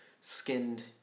skinned